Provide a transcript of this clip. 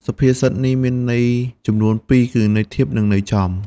ក្នុងសុភាសិតនេះមានន័យចំនួនពីរគឺន័យធៀបនិងន័យចំ ។